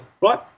right